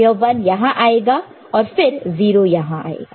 यह 1 यहां आएगा और फिर 0 यहां आएगा